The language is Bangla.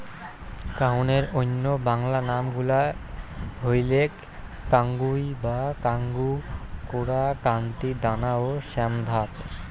কাউনের অইন্য বাংলা নাম গুলা হইলেক কাঙ্গুই বা কাঙ্গু, কোরা, কান্তি, দানা ও শ্যামধাত